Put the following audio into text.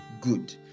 good